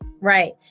Right